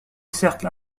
cercle